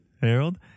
Harold